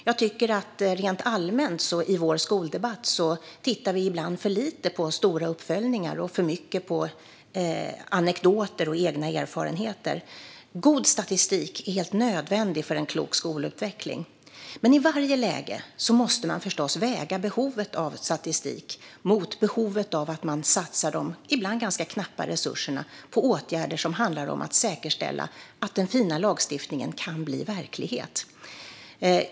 Rent allmänt tycker jag att vi i vår skoldebatt ibland tittar för lite på stora uppföljningar och för mycket på anekdoter och egna erfarenheter. God statistik är helt nödvändig för en klok skolutveckling. Men i varje läge måste man förstås väga behovet av statistik mot behovet av att man satsar de ibland ganska knappa resurserna på åtgärder som handlar om att säkerställa att den fina lagstiftningen kan bli verklighet.